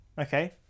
Okay